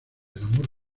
amor